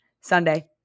Sunday